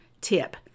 Tip